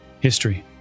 History